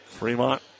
Fremont